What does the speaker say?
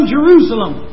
Jerusalem